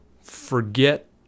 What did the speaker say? forget